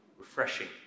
Refreshing